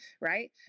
right